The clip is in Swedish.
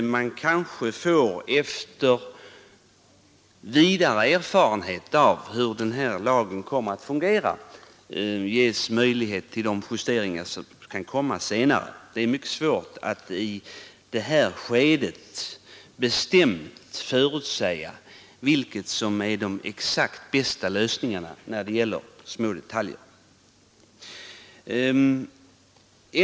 När vi fått vidare erfarenhet av hur lagen fungerar bör det finnas möjlighet att göra justeringar. Det är mycket svårt att i det här skedet bestämt förutsäga vilka lösningar som är de bästa i fråga om små detaljer.